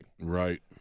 Right